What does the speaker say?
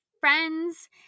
friends